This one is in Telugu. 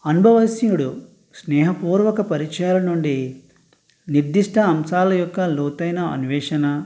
అనుభవశ్యుడు స్నేహపూర్వక పరిచయాల నుండి నిర్దిష్ట అంశాల యొక్క లోతైన అన్వేషణ